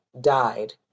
died